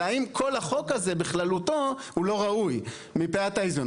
אלא האם כל החוק הזה בכללותו הוא לא ראוי מפאת האיזון.